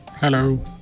hello